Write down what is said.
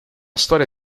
storia